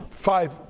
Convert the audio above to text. five